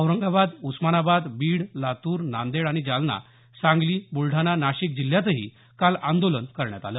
औरंगाबाद उस्मानाबाद बीड लातूर नांदेड आणि जालना सांगली बुलडाणा नाशिक जिल्ह्यातही काल आंदोलन करण्यात आलं